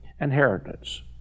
inheritance